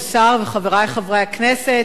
השר וחברי חברי הכנסת,